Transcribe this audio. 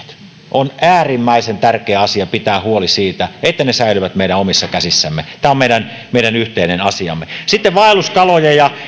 on äärimmäisen tärkeä asia pitää huoli siitä että ne säilyvät meidän omissa käsissämme tämä on meidän meidän yhteinen asiamme sitten vaelluskalojen ja